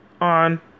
on